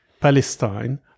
Palestine